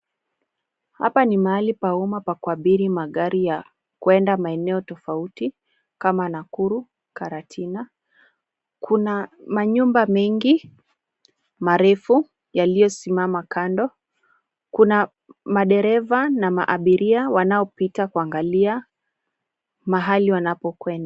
Hapa ni mahali pa umma pa kuabiri magari ya kuenda maeneo tofauti kama Nakuru, Karatina. Kuna manyumba mengi marefu yaliyosimama kando. Kuna madereva na abiria wanaopita kuangalia mahali wanapokwenda.